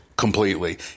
completely